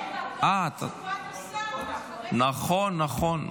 רגע --- אה, נכון, נכון.